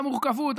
על המורכבות,